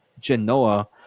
genoa